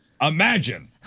imagine